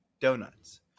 donuts